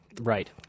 right